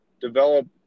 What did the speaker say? develop